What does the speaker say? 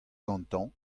gantañ